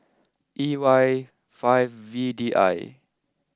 E Y five V D I